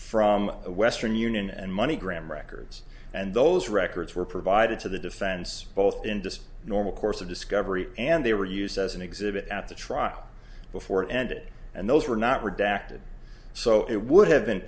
from western union and money gram records and those records were provided to the defense both industry normal course of discovery and they were used as an exhibit at the trial before and it and those were not redacted so it would have